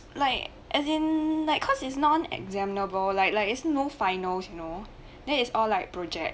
like as in like cause is non examanable like like is no finals you know then its all like project